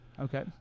Okay